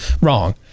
wrong